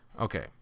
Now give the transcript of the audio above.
okay